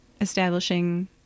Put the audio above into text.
establishing